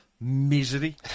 misery